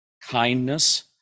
kindness